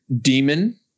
demon